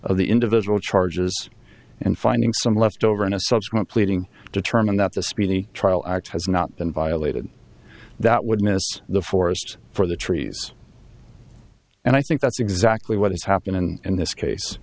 of the individual charges and finding some left over in a subsequent pleading determined that the speedy trial act has not been violated that would miss the forest for the trees and i think that's exactly what is happening in this case